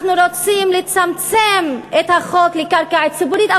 אנחנו רוצים לצמצם את החוק לקרקע ציבורית.